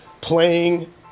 playing